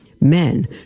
men